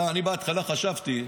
אני בהתחלה חשבתי,